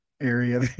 Area